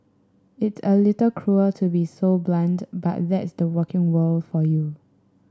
it's a little cruel to be so blunt but that's the working world for you